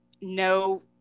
no